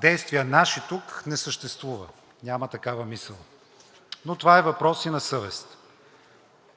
действия наши тук, не съществува, няма такава мисъл, но това е въпрос и на съвест.